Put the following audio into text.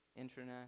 internet